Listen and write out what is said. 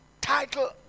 title